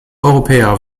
europäer